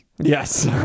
yes